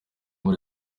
muri